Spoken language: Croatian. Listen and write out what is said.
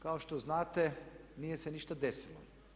Kao što znate nije se ništa desilo.